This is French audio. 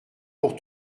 pour